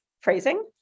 phrasing